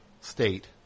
state